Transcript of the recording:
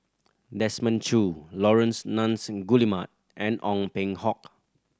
Desmond Choo Laurence Nunns Guillemard and Ong Peng Hock